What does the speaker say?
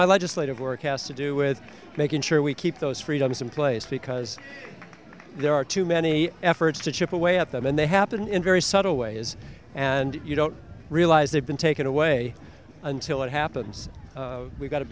my legislative work has to do with making sure we keep those freedoms in place because there are too many efforts to chip away at them and they happen in very subtle way is and you don't realize they've been taken away until it happens we got